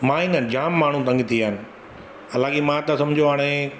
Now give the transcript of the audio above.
मां ई न जाम माण्हू तंग थी विया आहिनि हाला की मां त सम्झो हाणे